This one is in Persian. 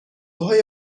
های